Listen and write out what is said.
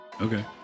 okay